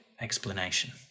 explanation